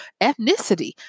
Ethnicity